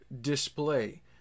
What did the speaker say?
display